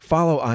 Follow